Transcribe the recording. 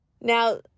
Now